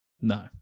No